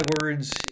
words